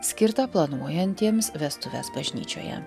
skirtą planuojantiems vestuves bažnyčioje